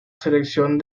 selección